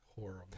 horrible